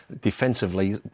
defensively